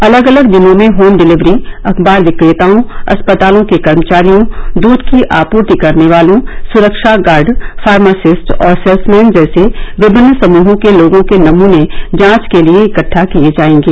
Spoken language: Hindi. अलग अलग दिनों में होम डिलीवरी अखबार विक्रेताओं अस्पतालों के कर्मचारियों दृध की आपूर्ति करने वालों सुरक्षा गार्ड फार्मासिस्ट और सेल्समैन जैसे विभिन्न समूहों के लोगों के नमने जांच के लिए इकटठा किए जाएंगे